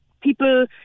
people